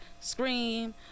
scream